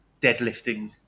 deadlifting